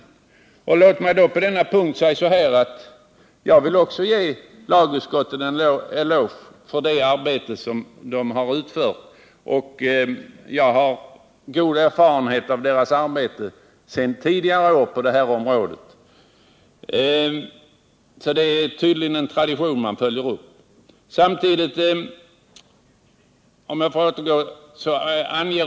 Låt mig på denna punkt säga att jag vill också ge lagutskottet en eloge för det arbete som det har utfört. Jag har också tidigare god erfarenhet av lagutskottets arbete på det här området, så det är tydligen en tradition man följer upp.